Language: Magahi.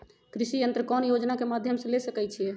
कृषि यंत्र कौन योजना के माध्यम से ले सकैछिए?